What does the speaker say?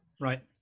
Right